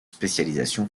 spécialisation